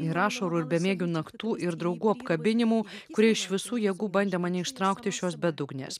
ir ašarų ir bemiegių naktų ir draugų apkabinimų kurie iš visų jėgų bandė mane ištraukti šios bedugnės